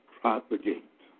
propagate